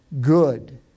good